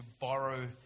borrow